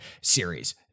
series